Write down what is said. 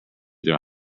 their